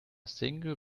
single